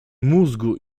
mózgu